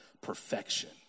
perfection